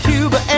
Cuba